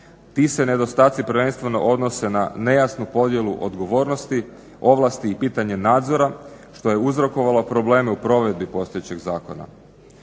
Ti se nedostaci prvenstveno odnose na nejasnu podjelu odgovornosti, ovlasti i pitanje nadzora što je uzrokovalo probleme u provedbi postojećeg zakona.